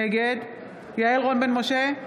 נגד יעל רון בן משה,